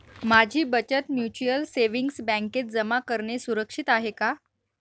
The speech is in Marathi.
माझी बचत म्युच्युअल सेविंग्स बँकेत जमा करणे सुरक्षित आहे का